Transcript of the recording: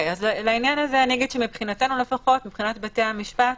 לעניין הזה אני אגיד שמבחינתנו, מבחינת בתי המשפט,